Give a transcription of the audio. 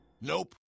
Nope